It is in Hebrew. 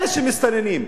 אלה שמסתננים.